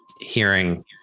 hearing